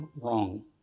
wrong